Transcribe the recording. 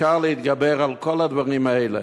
אפשר להתגבר על כל הדברים האלה.